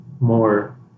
more